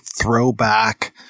throwback